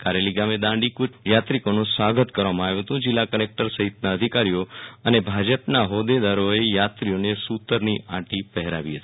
કારેલી ગામે દાંડીકુચ યાત્રિકોનું સ્વાગત કરવામાં આવ્યુ હતું જીલ્લા કલેક્ટર સહિતના અધિકારીઓ અને ભાજપના હોદેદારોએ યાત્રિઓને સુ તરની આંટી પહેરાવી હતી